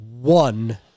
One